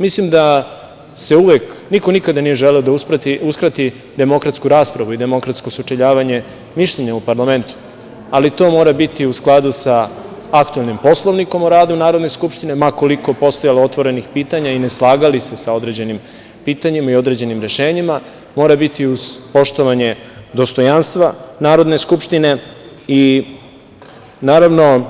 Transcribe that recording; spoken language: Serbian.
Mislim da niko nikada nije želeo da uskrati demokratsku raspravu i demokratsko sučeljavanje mišljenja u parlamentu, ali to mora biti u skladu sa aktuelnim Poslovnikom Narodne skupštine, ma koliko postojalo otvorenih pitanja i ne slagali se sa određenim pitanjima i sa određenim rešenjima, mora biti uz poštovanje dostojanstva Narodne skupštine, i naravno,